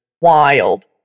wild